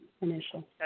initial